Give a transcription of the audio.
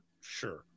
Sure